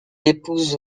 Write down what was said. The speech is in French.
épouse